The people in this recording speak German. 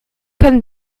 können